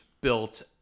built